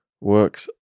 works